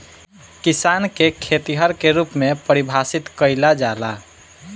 किसान के खेतिहर के रूप में परिभासित कईला जाला